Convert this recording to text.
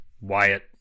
Wyatt